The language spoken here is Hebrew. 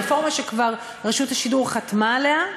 הרפורמה שכבר רשות השידור חתמה עליה,